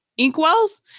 inkwells